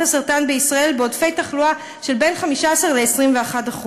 הסרטן בישראל בעודפי תחלואה של בין 15% ל-21%.